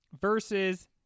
versus